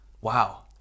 Wow